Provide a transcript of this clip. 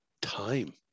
time